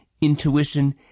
intuition